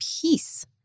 peace